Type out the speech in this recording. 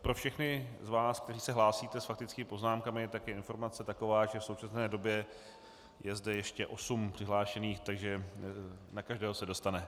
Pro všechny z vás, kteří se hlásíte s faktickými poznámkami, tak je informace taková, že v současné době je zde ještě osm přihlášených, takže na každého se dostane.